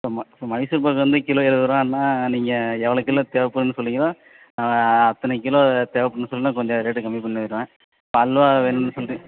இப்போ ம இப்போ மைசூர்பாக் வந்து கிலோ எழுவது ரூபான்னா நீங்கள் எவ்வளோ கிலோ தேவைப்படுதுன்னு சொன்னீங்கன்னால் நான் அத்தனை கிலோ தேவைப்படுதுன்னு சொன்னால் கொஞ்சம் ரேட்டை கம்மி பண்ணிடுவேன் இப்போ அல்வா வேணும் சொல்கிறிங்க